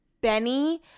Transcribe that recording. Benny